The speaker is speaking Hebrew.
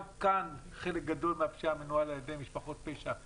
גם כאן חלק גדול מהפשיעה מנוהל על ידי משפחות פשע,